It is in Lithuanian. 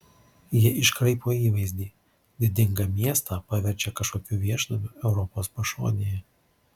jie iškraipo įvaizdį didingą miestą paverčia kažkokiu viešnamiu europos pašonėje